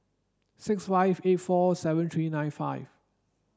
six five eight four seven three nine five